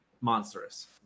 monstrous